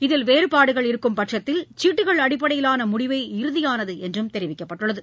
இதில் வேறுபாடுகள் இருக்கும் பட்சத்தில் சீட்டுகள் அடிப்படையிலானமுடிவே இறுதியானதுஎன்றும் தெரிவிக்கப்பட்டுள்ளது